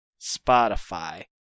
Spotify